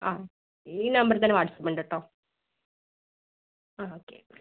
ആ ഈ നമ്പർ തന്നെ വാട്ട്സ്ആപ്പ് ഉണ്ട് കേട്ടോ ആ ഓക്കെ